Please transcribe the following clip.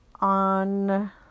on